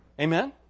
Amen